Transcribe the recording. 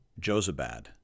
Josabad